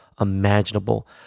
imaginable